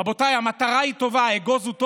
רבותיי, המטרה היא טובה, האגוז הוא טוב,